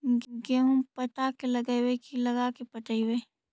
गेहूं पटा के लगइबै की लगा के पटइबै?